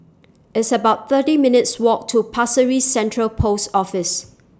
It's about thirty minutes' Walk to Pasir Ris Central Post Office